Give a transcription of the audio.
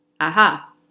Aha